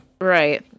Right